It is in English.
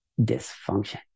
Dysfunction